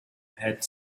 had